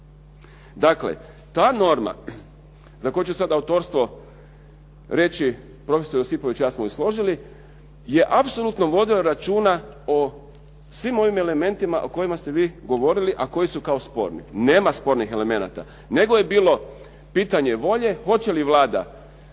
Dakle, ta norama za koju ću sada autorstvo reći profesor Josipović i ja smo je složili, je apsolutno vodili računa o svim ovim elementima o kojima ste vi govorili, a koji su kao sporni. Nema spornih elemenata, nego je bilo pitanje volje hoće li Vlada